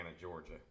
Georgia